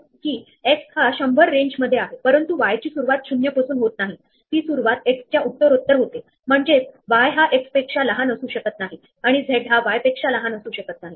तेव्हा रिचेबल म्हणजेच मी एक नाईट मुव्ह घेऊ शकतो आणि तिथे जातो आणि या नाईट मुव्ह चा परिणाम मला बोर्डा बाहेर नेत नाही